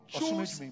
choose